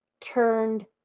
turned